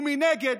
ומנגד,